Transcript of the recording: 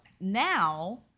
now –